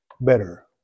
better